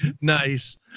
Nice